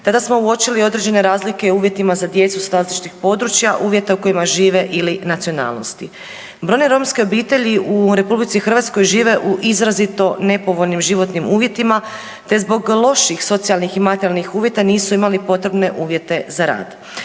Tada smo uočili određene razlike u uvjetima za djecu sa različitih područja, uvjeta u kojima žive ili nacionalnosti. Brojne romske obitelji u RH žive u izrazito nepovoljnim životnim uvjetima, te zbog loših socijalnih i materijalnih uvjeta nisu imali potrebne uvjete za rad.